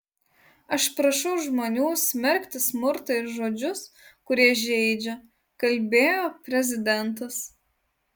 aš prašau žmonių smerkti smurtą ir žodžius kurie žeidžia kalbėjo prezidentas